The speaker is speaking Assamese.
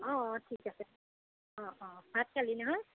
অঁ অঁ ঠিক আছে অঁ অঁ ভাত খালি নহয়